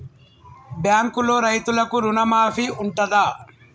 బ్యాంకులో రైతులకు రుణమాఫీ ఉంటదా?